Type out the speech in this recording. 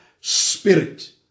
spirit